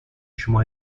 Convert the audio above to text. شما